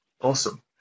awesome